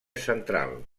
central